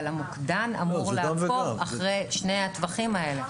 אבל המוקדן אמור לעקוב אחרי שני הטווחים האלה.